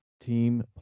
team